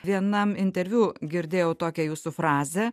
vienam interviu girdėjau tokią jūsų frazę